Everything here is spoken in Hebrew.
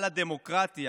על הדמוקרטיה,